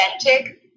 authentic